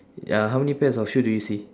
ya how many pairs of shoe do you see